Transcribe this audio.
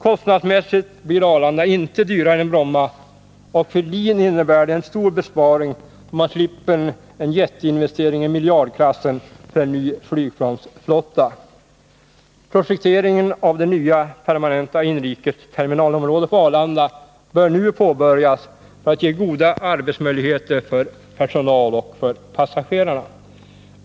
Kostnadsmässigt blir Arlanda inte dyrare än Bromma, och för LIN innebär det en stor besparing, då man slipper en jätteinvestering i miljardklassen för en ny flygplansflotta. Projektering av det nya permanenta inrikesterminalområdet på Arlanda bör nu påbörjas för att ge goda arbetsmöjligheter för personal och passagerare.